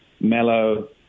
mellow